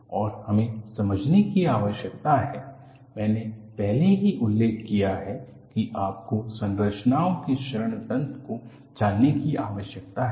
और हमें समझने की आवश्यकता है मैंने पहले ही उल्लेख किया है कि आपको संरचनाओं के क्षरण तंत्र को जानने की आवश्यकता है